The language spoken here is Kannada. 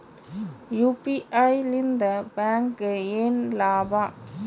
ಯು.ಪಿ.ಐ ಲಿಂದ ಬ್ಯಾಂಕ್ಗೆ ಏನ್ ಲಾಭ?